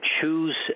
choose